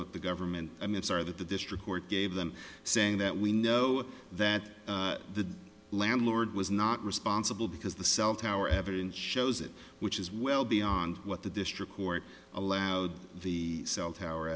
that the government and its our the district court gave them saying that we know that the landlord was not responsible because the cell tower evidence shows it which is well beyond what the district court allowed the cell tower